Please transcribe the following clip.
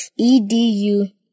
edu